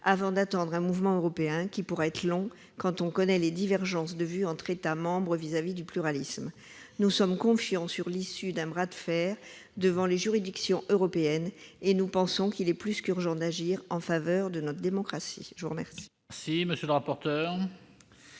sans attendre un mouvement européen, lequel pourrait être long compte tenu des divergences de vues entre États membres sur la question du pluralisme ... Nous sommes confiants sur l'issue d'un bras de fer devant les juridictions européennes et nous estimons qu'il est plus qu'urgent d'agir en faveur de notre démocratie. Quel